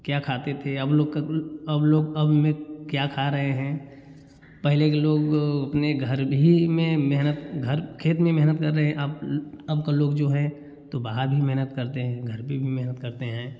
क्या खाते थे अब लोग का अब लोग अब में क्या खा रहे हैं पहले के लोग अपने घर भी में मेहनत घर खेत में मेहनत कर रहे आप अब का लोग जो है तो वहाँ भी मेहनत करते हैं घर भी मेहनत करते हैं